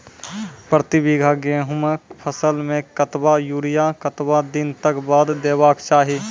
प्रति बीघा गेहूँमक फसल मे कतबा यूरिया कतवा दिनऽक बाद देवाक चाही?